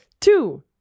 Two